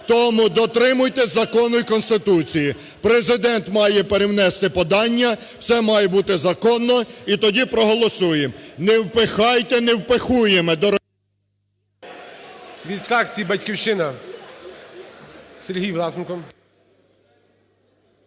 Тому дотримуйтеся закону і Конституції. Президент має перевнести подання, це має бути законно, і тоді проголосуємо. Не впихайте невпихуєме...